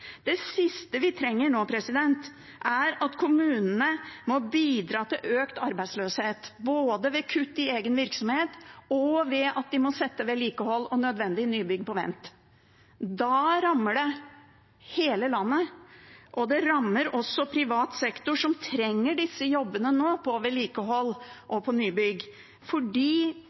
Det siste vi trenger nå, er at kommunene må bidra til økt arbeidsløshet, både ved kutt i egen virksomhet og ved at de må sette vedlikehold og nødvendige nybygg på vent. Da rammer det hele landet. Det rammer også privat sektor, som trenger disse jobbene på vedlikehold og på nybygg,